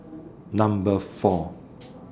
Number four